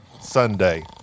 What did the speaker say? Sunday